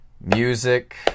music